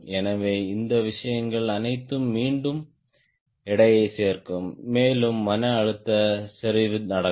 எனவே இந்த விஷயங்கள் அனைத்தும் மீண்டும் எடையைச் சேர்க்கும் மேலும் மன அழுத்த செறிவு நடக்கும்